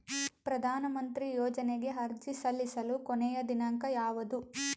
ಪ್ರಧಾನ ಮಂತ್ರಿ ಯೋಜನೆಗೆ ಅರ್ಜಿ ಸಲ್ಲಿಸಲು ಕೊನೆಯ ದಿನಾಂಕ ಯಾವದು?